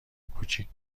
کوچیک